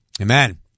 amen